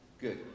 Good